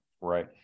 Right